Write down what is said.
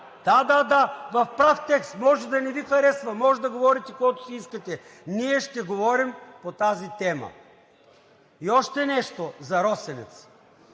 Да, да, да, в прав текст. Може да не Ви харесва, може да говорите каквото си искате. Ние ще говорим по тази тема. И още нещо за „Росенец“.